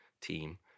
team